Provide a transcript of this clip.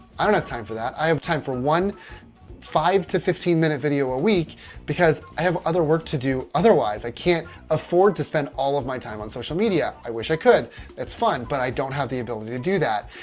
i don't have time for that. i have time for one five to fifteen minute video a week because i have other work to do. otherwise, i can't afford to spend all of my time on social media. i wish i could it's fun, but i don't have the ability to do that.